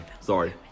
Sorry